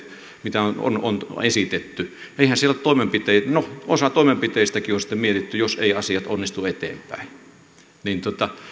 mitä on on esitetty eihän siellä ole toimenpiteitä no osa toimenpiteistäkin on sitten mietitty jos eivät asiat onnistu eteenpäin